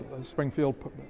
Springfield